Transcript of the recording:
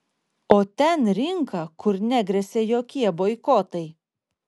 o ten rinka kur negresia jokie boikotai